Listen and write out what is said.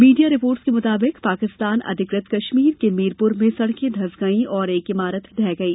media reports के मुताबिक पाकिस्तान अधिकृत कश्मीर के मीरपुर में सड़कें धंस गई और एक इमारत ढह गई